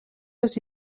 aux